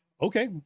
okay